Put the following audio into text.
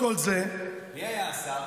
מי היה השר?